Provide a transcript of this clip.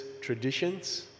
traditions